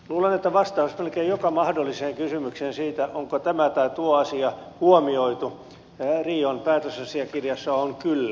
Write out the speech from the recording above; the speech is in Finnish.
luulen että vastaus melkein joka mahdolliseen kysymykseen siitä onko tämä tai tuo asia huomioitu rion päätösasiakirjassa on kyllä